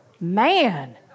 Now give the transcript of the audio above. Man